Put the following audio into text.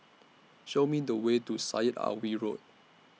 Show Me The Way to Syed Alwi Road